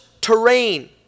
terrain